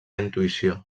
intuïció